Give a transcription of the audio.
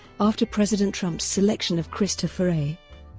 after president trump's selection of christopher a.